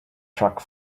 truck